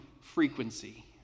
frequency